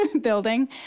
building